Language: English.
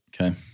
okay